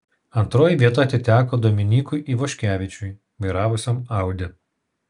antroji vieta atiteko dominykui ivoškevičiui vairavusiam audi